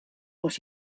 what